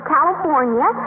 California